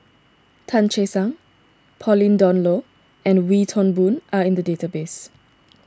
Tan Che Sang Pauline Dawn Loh and Wee Toon Boon are in the database